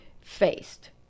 faced